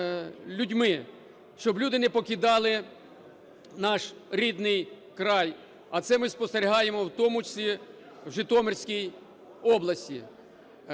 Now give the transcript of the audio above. щоб люди не покидали наш рідний край. А це ми спостерігаємо в тому числі в Житомирській області.